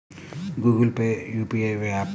Google Pay UPI య్యాపా?